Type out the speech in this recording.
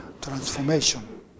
transformation